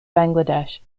bangladesh